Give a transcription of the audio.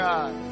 God